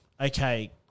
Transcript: Okay